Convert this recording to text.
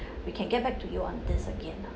we can get back to you on this again